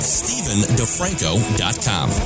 stephendefranco.com